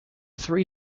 three